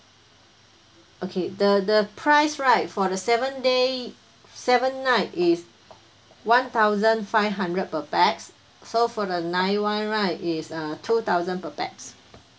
okay the the price right for the seven day seven night is one thousand five hundred per pax so for the nine one right is uh two thousand per pax